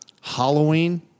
Halloween